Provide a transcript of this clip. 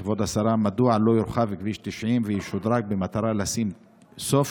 כבוד השרה: מדוע לא יורחב כביש 90 וישודרג במטרה לשים סוף